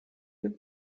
für